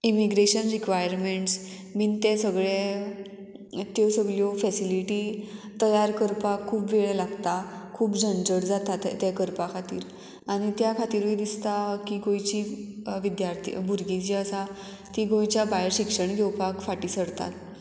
immigration requirements बीन तें सगळें त्यो सगळ्यो फेसिलिटी तयार करपाक खूब वेळ लागता खूब झणजट जाता तें करपा खातीर आनी त्या खातीरूय दिसता की गोंयची विद्यार्थी भुरगीं जीं आसा तीं गोंयच्या भायर शिक्षण घेवपाक फाटीं सरतात